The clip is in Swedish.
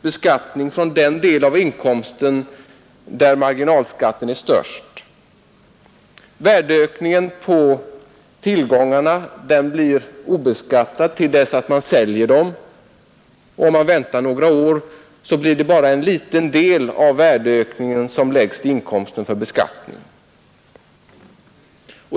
beskattning för den del av inkomsten där marginalskatten är störst. Värdeökningen på tillgångarna blir obeskattad tills man säljer dem, och om man väntar några år blir det bara en liten del av värdeökningen som läggs till inkomsten för beskattning.